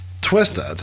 Twisted